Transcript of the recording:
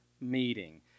meeting